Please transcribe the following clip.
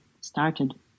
started